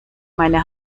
meine